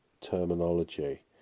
terminology